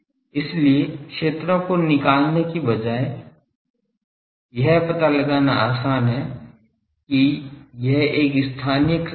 इसलिए क्षेत्रों को निकालने की बजाए यह पता लगाना आसान है कि यह एक स्थानीयकृत चीज़ पर है